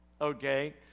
okay